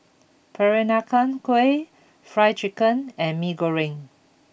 Peranakan Kueh Fried Chicken and Mee Goreng